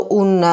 un